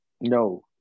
No